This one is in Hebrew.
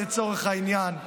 לצורך העניין,